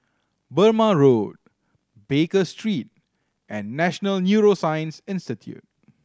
Burmah Road Baker Street and National Neuroscience Institute